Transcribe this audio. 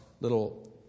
little